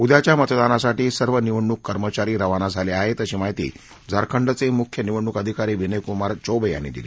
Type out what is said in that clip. उद्याच्या मतदानासाठी सर्व निवडणूक कर्मचारी रवाना झाले आहेत अशी माहिती झारखंडचे मुख्य निवडणूक अधिकारी विनयकुमार चौवे यांनी दिली